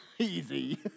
easy